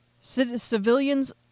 Civilians